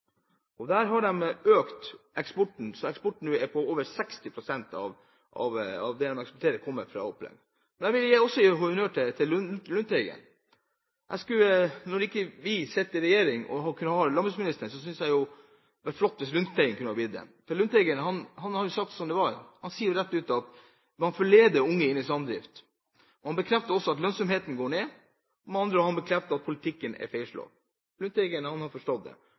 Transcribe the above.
pst. Der har de økt eksporten, slik at den er på over 60 pst. Jeg vil også gi honnør til Lundteigen. Når vi ikke sitter i regjering og kan ha landbruksministeren, synes jeg at det hadde være flott hvis Lundteigen kunne ha blitt det, for Lundteigen har sagt det som det er. Han sier rett ut at man «forleder» unge inn i samdrift. Han bekrefter også at lønnsomheten går ned. Med andre ord: Han bekrefter at politikken er feilslått. Lundteigen har forstått det.